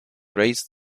raised